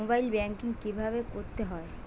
Mobile banking কীভাবে করতে হয়?